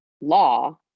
law